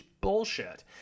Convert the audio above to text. bullshit